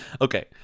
okay